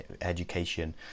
education